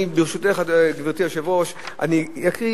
אני, ברשותך, גברתי היושבת-ראש, אקריא